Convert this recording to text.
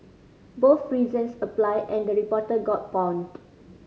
both reasons apply and the reporter got pawned